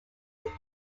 truth